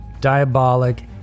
Diabolic